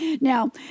Now